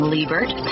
Liebert